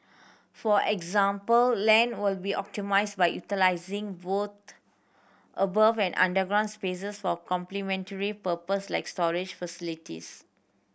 for example land will be optimised by utilising both above and underground spaces for complementary purpose like storage facilities